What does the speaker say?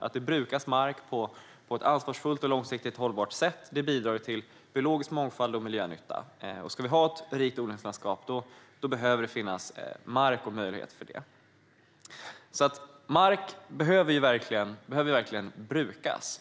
Att det brukas mark på ett ansvarsfullt och långsiktigt hållbart sätt bidrar ju till biologisk mångfald och miljönytta. Ska vi ha ett rikt odlingslandskap behöver det finnas mark och möjlighet för detta. Mark behöver verkligen brukas.